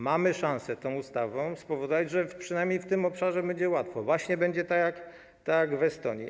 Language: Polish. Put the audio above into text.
Mamy szansę tą ustawą spowodować, że przynajmniej w tym obszarze będzie łatwo, właśnie będzie tak jak w Estonii.